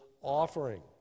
offering